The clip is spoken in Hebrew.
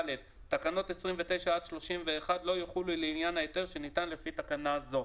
תקנות 29 עד 31 לא יחולו לעניין היתר שניתן לפי תקנה זו."